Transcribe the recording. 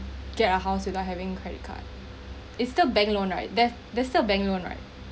get a house without having credit card is still bank loan right that's that's still bank loan right